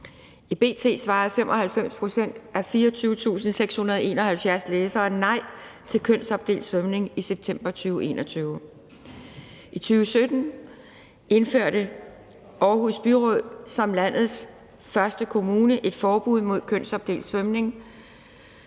I B.T. svarede 95 pct. af 24.671 læsere nej til kønsopdelt svømning i september 2021. I 2017 indførte Aarhus Kommune som landets første et forbud mod kønsopdelt svømning,